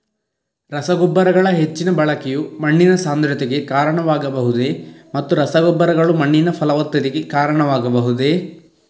ರಸಗೊಬ್ಬರಗಳ ಹೆಚ್ಚಿನ ಬಳಕೆಯು ಮಣ್ಣಿನ ಸಾಂದ್ರತೆಗೆ ಕಾರಣವಾಗಬಹುದೇ ಮತ್ತು ರಸಗೊಬ್ಬರಗಳು ಮಣ್ಣಿನ ಫಲವತ್ತತೆಗೆ ಕಾರಣವಾಗಬಹುದೇ?